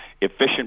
efficient